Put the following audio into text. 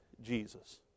Jesus